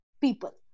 people